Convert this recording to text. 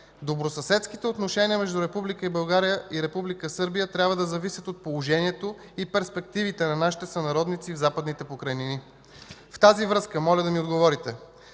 Добросъседските отношения между Република България и Република Сърбия трябва да зависят от положението и перспективите на нашите сънародници в Западните покрайнини. В тази връзка, моля да ми отговорите: